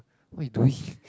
what you doing